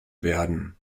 werden